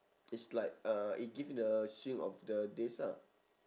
it's like uh it give the swing of the days ah